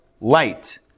light